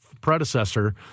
predecessor